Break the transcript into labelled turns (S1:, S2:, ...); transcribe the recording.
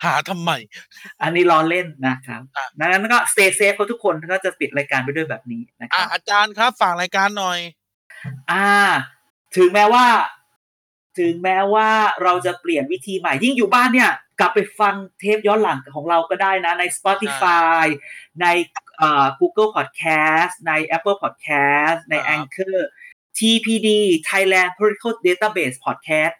S1: หาทำไม?
S2: อันนี้ล้อเล่นนะครับ
S1: อ่ะ
S2: ดังนั้นก็ stay safe ครับทุกคน แล้วก็จะปิดรายการไปด้วยแบบนี้นะครับ
S1: อ่ะ อาจารย์ครับ ฝากรายการหน่อย
S2: อ่า ถึงแม้ว่า- ถึงแม้ว่าเราจะเปลี่ยนวิธีใหม่ ยิ่งอยู่บ้านเนี่ย กลับไปฟังเทปย้อนหลังของเราก็ได้นะ ใน Spotify
S1: อ่ะ
S2: ใน อ่า Google Podcast ใน Apple Podcast ใน
S1: ครับ
S2: Anchor TPD Thailand Political Database Podcast